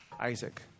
Isaac